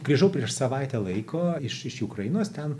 grįžau prieš savaitę laiko iš iš ukrainos ten